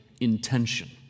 intention